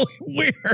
weird